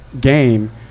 game